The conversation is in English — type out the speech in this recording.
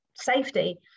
safety